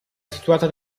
situata